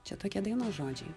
čia tokie dainos žodžiai